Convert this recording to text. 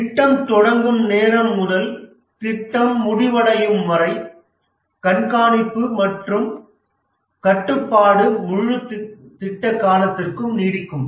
திட்டம் தொடங்கும் நேரம் முதல் திட்டம் முடிவடையும் வரை கண்காணிப்பு மற்றும் கட்டுப்பாடு முழு திட்ட காலத்திற்கும் நீடிக்கும்